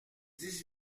dix